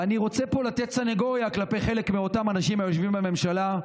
ואני רוצה פה לתת סנגוריה כלפי חלק מאותם אנשים היושבים בממשלה,